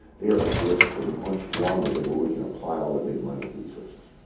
they are at risk for much longer than where we can apply all the big money and resources.